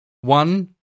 One